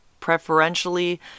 preferentially